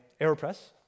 AeroPress